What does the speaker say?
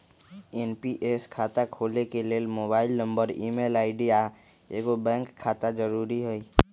NPS खता खोले के लेल मोबाइल नंबर, ईमेल आई.डी, आऽ एगो बैंक खता जरुरी हइ